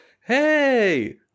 Hey